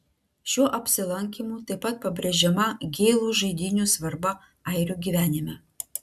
šiuo apsilankymu taip pat pabrėžiama gėlų žaidynių svarba airių gyvenime